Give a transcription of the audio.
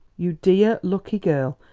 you dear, lucky girl,